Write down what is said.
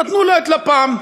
נתנו לה את לפ"מ,